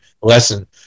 lesson